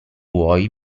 vuoi